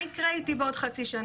מה יקרה איתם בעוד חצי שנה,